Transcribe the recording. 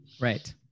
Right